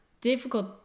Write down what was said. difficult